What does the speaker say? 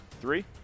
three